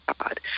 God